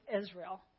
Israel